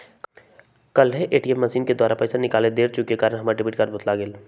काल्हे ATM machine द्वारा पइसा निकालइत बेर चूक के कारण हमर डेबिट कार्ड भुतला गेल